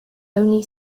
only